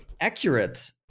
accurate